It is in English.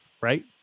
right